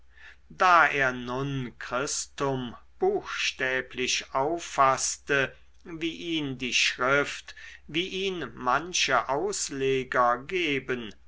da er nun christum buchstäblich auffaßte wie ihn die schrift wie ihn manche ausleger geben